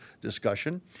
discussion